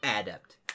Adept